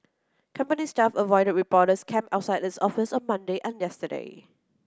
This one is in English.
company staff avoided reporters camped outside its office on Monday and yesterday